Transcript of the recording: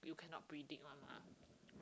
you cannot predict [one] mah